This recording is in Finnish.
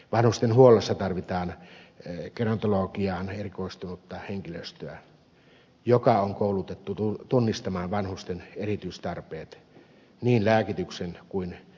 vanhustenhuollossa tarvitaan gerontologiaan erikoistunutta henkilöstöä joka on koulutettu tunnistamaan vanhusten erityistarpeet niin lääkityksen kuin kuntoutuksetkin